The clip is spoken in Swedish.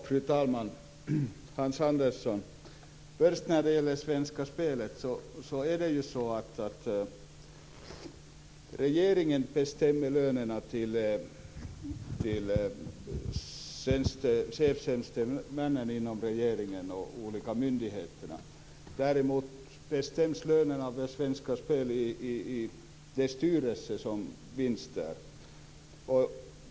Fru talman! Hans Andersson! Regeringen bestämmer lönerna för chefstjänstemännen inom regeringen och de olika myndigheterna. Däremot bestäms lönerna i Svenska Spel av dess styrelse.